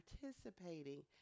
participating